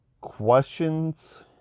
questions